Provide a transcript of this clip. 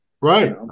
Right